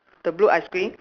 the blue ice cream